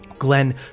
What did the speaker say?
Glenn